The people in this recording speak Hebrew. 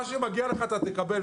מה שמגיע לך תקבל,